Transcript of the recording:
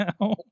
now